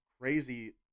Crazy